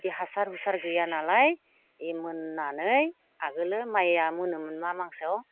बिदि हासार हुसार गैया नालाय बे मोननानै आगोलो माइया मोनोमोन मा मासआव